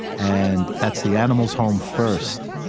and that's the animals' home first,